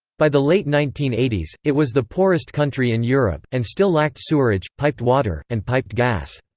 by the late nineteen eighty s, it was the poorest country in europe, and still lacked sewerage, piped water, and piped gas.